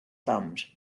bummed